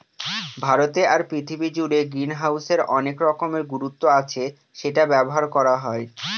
ভারতে আর পৃথিবী জুড়ে গ্রিনহাউসের অনেক রকমের গুরুত্ব আছে সেটা ব্যবহার করা হয়